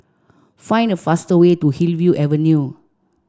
find the fastest way to Hillview Avenue